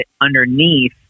underneath